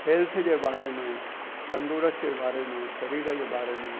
health जे बारे में तंदुरस्त जे बारे में सरीर जे बारे में